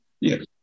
Yes